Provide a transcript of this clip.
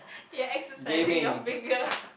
ya exercising your finger